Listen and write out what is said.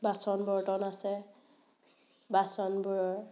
বাচন বৰ্তন আছে বাচনবোৰৰ